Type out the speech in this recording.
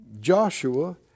Joshua